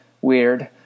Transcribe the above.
weird